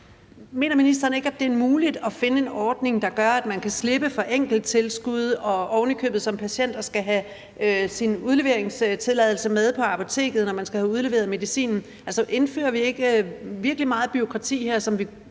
mener ministeren ikke, at det er muligt at finde en ordning, der gør, at man kan slippe for enkelttilskud og ovenikøbet som patient kan slippe for at skulle have sin udleveringstilladelse med på apoteket, når man skal have udleveret medicinen? Indfører vi ikke virkelig meget bureaukrati her, som vi